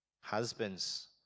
Husbands